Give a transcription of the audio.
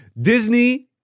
Disney –